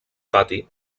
pati